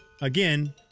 again